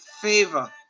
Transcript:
favor